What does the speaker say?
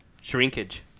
Shrinkage